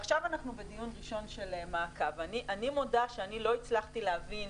עכשיו אנחנו בדיון ראשון של מעקב ואני מודה שלא הצלחתי להבין